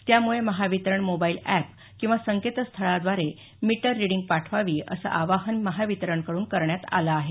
त्यामुळे Mahavitaran mobile app किंवा संकेतस्थळाद्वारे मीटर रीडिंग पाठवावी असं आवाहन महावितरणकडून करण्यात आलं आहे